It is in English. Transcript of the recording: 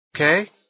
okay